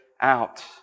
out